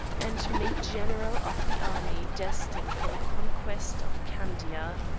and made general of the army destined for the conquest of candia.